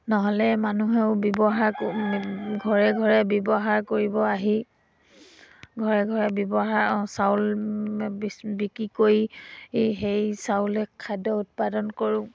নহ'লে মানুহেও ব্যৱহাৰ ঘৰে ঘৰে ব্যৱহাৰ কৰিব আহি ঘৰে ঘৰে ব্যৱহাৰ চাউল বিচ বিক্ৰী কৰি সেই চাউলে খাদ্য উৎপাদন কৰোঁ